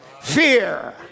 Fear